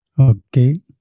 Okay